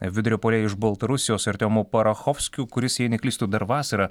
vidurio puolėju iš baltarusijos artiomu parachovskiu kuris jei neklystu dar vasarą